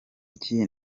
iki